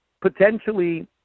potentially